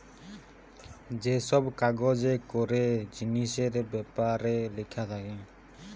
যে সব কাগজে করে জিনিসের বেপারে লিখা থাকে